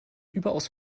überaus